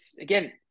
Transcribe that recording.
Again